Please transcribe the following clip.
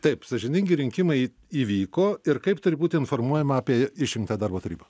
taip sąžiningi rinkimai įvyko ir kaip turi būti informuojama apie išrinktą darbo tarybą